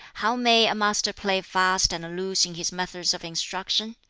how may a master play fast and loose in his methods of instruction?